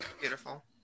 Beautiful